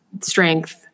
strength